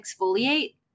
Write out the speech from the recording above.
exfoliate